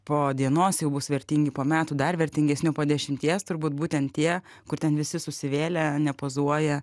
po dienos jau bus vertingi po metų dar vertingesni po dešimties turbūt būtent tie kur ten visi susivėlę nepozuoja